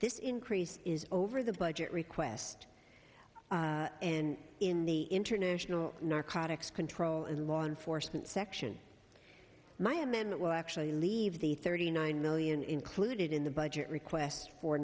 this increase is over the budget request and in the international narcotics control and law enforcement section my amendment will actually leave the thirty nine million included in the budget request for